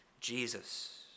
Jesus